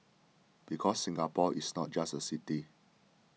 because Singapore is not just a city